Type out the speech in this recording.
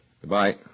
Goodbye